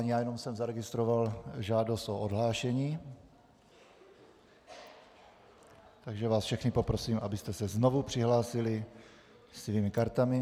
Já jsem zaregistroval žádost o odhlášení, takže vás všechny poprosím, abyste se znovu přihlásili svými kartami.